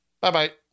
bye-bye